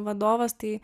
vadovas tai